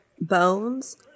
bones